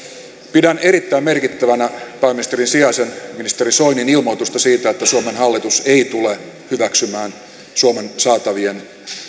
pidän erittäin merkittävänä pääministerin sijaisen ministeri soinin ilmoitusta siitä että suomen hallitus ei tule hyväksymään suomen saatavien